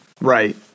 right